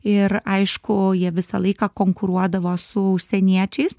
ir aišku jie visą laiką konkuruodavo su užsieniečiais